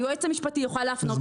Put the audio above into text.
היועץ המשפטי יוכל להפנות אותך,